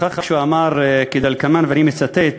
שאמר כדלקמן, ואני מצטט: